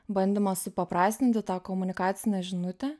bandymas supaprastinti tą komunikacinę žinutę